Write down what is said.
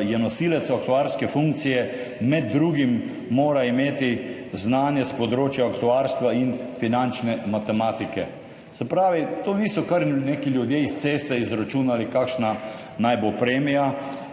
je nosilec aktuarske funkcije, med drugim mora imeti znanje s področja aktuarstva in finančne matematike. Se pravi, to niso kar neki ljudje iz ceste izračunali kakšna naj bo premija.